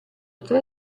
tre